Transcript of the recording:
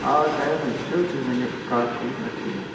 آ ٹایِم حظ چھُ تُہۍ ؤنِو اَسہِ کَر چھِ یُن أسۍ یِمو